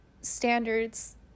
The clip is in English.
standards